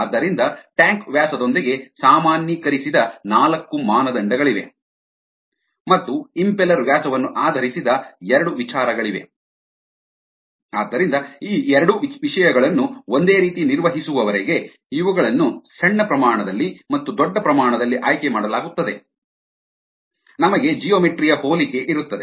ಆದ್ದರಿಂದ ಟ್ಯಾಂಕ್ ವ್ಯಾಸದೊಂದಿಗೆ ಸಾಮಾನ್ಯೀಕರಿಸಿದ ನಾಲ್ಕು ಮಾನದಂಡಗಳಿವೆ HD1 DiD13 BD112 CD13 ಮತ್ತು ಇಂಪೆಲ್ಲರ್ ವ್ಯಾಸವನ್ನು ಆಧರಿಸಿದ ಎರಡು ವಿಚಾರಗಳಿವೆ ಇವೆ WDi15 LDi14 ಆದ್ದರಿಂದ ಈ ಎರಡು ವಿಷಯಗಳನ್ನು ಒಂದೇ ರೀತಿ ನಿರ್ವಹಿಸುವವರೆಗೆ ಇವುಗಳನ್ನು ಸಣ್ಣ ಪ್ರಮಾಣದಲ್ಲಿ ಮತ್ತು ದೊಡ್ಡ ಪ್ರಮಾಣದಲ್ಲಿ ಆಯ್ಕೆ ಮಾಡಲಾಗುತ್ತದೆ ನಮಗೆ ಜಿಯೋಮೆಟ್ರಿ ಯ ಹೋಲಿಕೆ ಇರುತ್ತದೆ